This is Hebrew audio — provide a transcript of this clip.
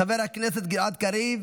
חבר הכנסת גלעד קריב,